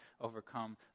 overcome